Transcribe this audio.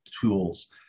tools